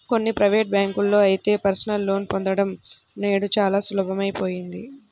కొన్ని ప్రైవేటు బ్యాంకుల్లో అయితే పర్సనల్ లోన్ పొందడం నేడు చాలా సులువయిపోయింది